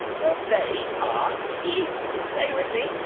so they are teeth. say it with me.